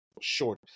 short